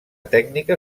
tècnica